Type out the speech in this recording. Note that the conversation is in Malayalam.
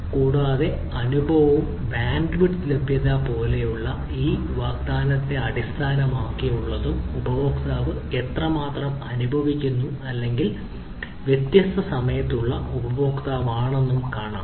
കൂടാതെ അനുഭവവും ബാൻഡ്വിഡ്ത്ത് ലഭ്യത പോലുള്ള ഈ വാഗ്ദാനത്തെ അടിസ്ഥാനമാക്കിയുള്ളതും ഉപയോക്താവ് എത്രമാത്രം അനുഭവിക്കുന്നു അല്ലെങ്കിൽ വ്യത്യസ്ത സമയത്തുള്ള ഉപഭോക്താവ് ആണെന്നും കാണും